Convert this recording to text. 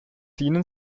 dienen